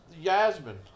Yasmin